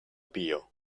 pio